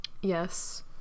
Yes